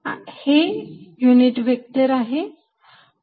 आणि हे व्हेक्टर आहे